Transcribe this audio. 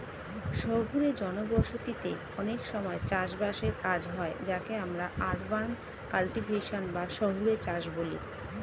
শহুরে জনবসতিতে অনেক সময় চাষ বাসের কাজ হয় যাকে আমরা আরবান কাল্টিভেশন বা শহুরে চাষ বলি